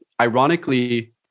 ironically